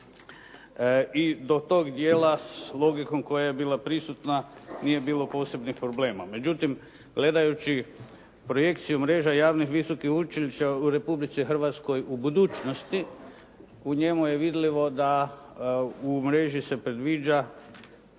I do tog dijela, logikom koja je bila prisutna, nije bilo posebni problema. Međutim, gledajući projekciju Mreža javnih visokih učilišta u Republici Hrvatskoj u budućnosti u njemu je vidljivo da u mreži se predviđa